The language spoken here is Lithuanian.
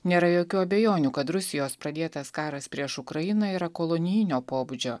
nėra jokių abejonių kad rusijos pradėtas karas prieš ukrainą yra kolonijinio pobūdžio